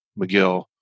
McGill